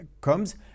comes